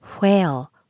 Whale